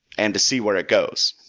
and to see where it goes.